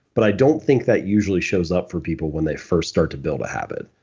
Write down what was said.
but i don't think that usually shows up for people when they first start to build a habit.